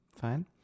Fine